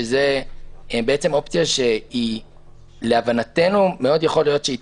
שהיא בעצם אופציה שלהבנתנו מאוד יכול להיות שהיא